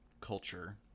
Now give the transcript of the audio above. culture